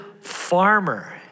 farmer